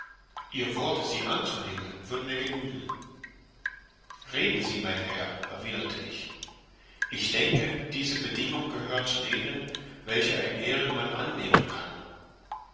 ihr wort sie anzunehmen wird mir genügen reden sie mein herr erwiderte ich ich denke diese bedingung gehört zu denen welche ein ehrenmann annehmen kann